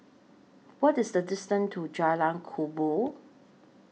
What IS The distance to Jalan Kubor